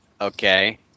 Okay